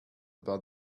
about